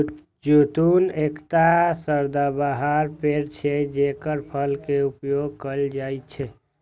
जैतून एकटा सदाबहार पेड़ छियै, जेकर फल के उपयोग कैल जाइ छै